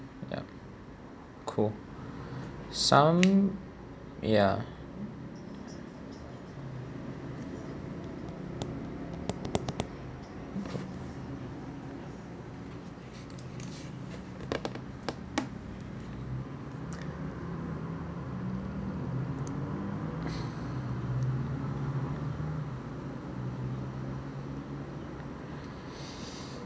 ya cool some yeah